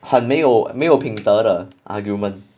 很没有没有品德的 argument